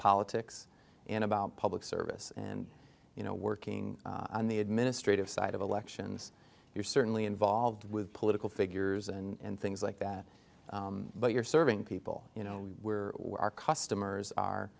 politics and about public service and you know working on the administrative side of elections you're certainly involved with political figures and things like that but you're serving people you know our customers are